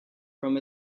from